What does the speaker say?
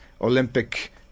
Olympic